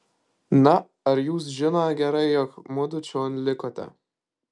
na ar jūs žiną gerai jog mudu čion likote